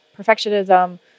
perfectionism